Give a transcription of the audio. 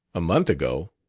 a month ago?